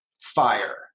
fire